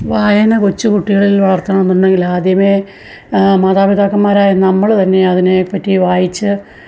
വായന കൊച്ചുകുട്ടികളിൽ വളർത്തണമെന്നുണ്ടെങ്കിൽ ആദ്യമേ മാതാപിതാക്കൻമാരായ നമ്മള് തന്നെ അതിനെപ്പറ്റി വായിച്ച്